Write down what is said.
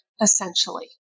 essentially